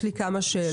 יש לי כמה שאלות.